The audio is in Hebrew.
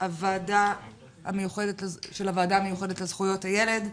של הוועדה המיוחדת לזכויות הילד.